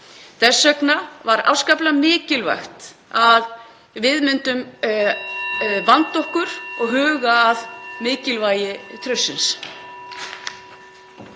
Þess vegna var afskaplega mikilvægt að við myndum vanda okkur og huga að mikilvægi traustsins.